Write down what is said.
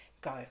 go